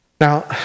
Now